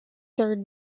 third